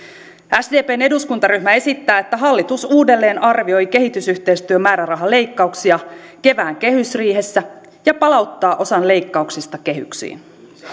sdpn eduskuntaryhmä esittää että hallitus uudelleenarvioi kehitysyhteistyömäärärahaleikkauksia kevään kehysriihessä ja palauttaa osan leikkauksista kehyksiin